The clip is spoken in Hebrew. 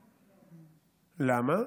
למה?